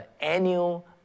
annual